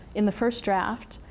in the first draft,